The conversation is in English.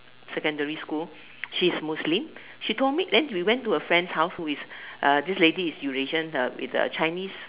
secondary school she's Muslim she told me then we went to her friend house who is this lady is Eurasian with the Chinese